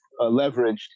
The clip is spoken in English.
leveraged